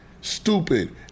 Stupid